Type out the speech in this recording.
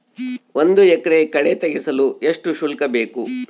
ಒಂದು ಎಕರೆ ಕಳೆ ತೆಗೆಸಲು ಎಷ್ಟು ಶುಲ್ಕ ಬೇಕು?